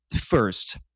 first